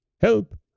Help